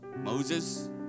Moses